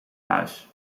huis